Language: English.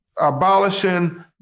abolishing